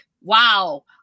wow